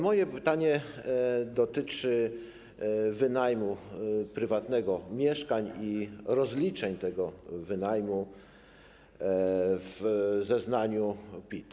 Moje pytanie dotyczy wynajmu prywatnego mieszkań i rozliczeń tego wynajmu w zeznaniu PIT.